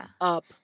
up